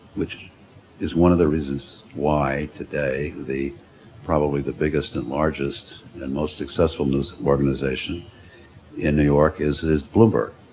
which is one of the reasons why today the probably the biggest and largest and most successful news organization in new york is is bloomberg.